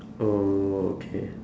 oh okay